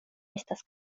estas